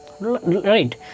right